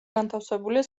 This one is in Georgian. განთავსებულია